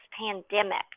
pandemic